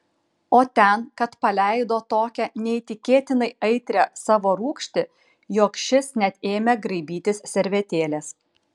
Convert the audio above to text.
o ten kad paleido tokią neįtikėtinai aitrią savo rūgštį jog šis net ėmė graibytis servetėlės